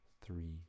three